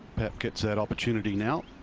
papp gets that opportunity now.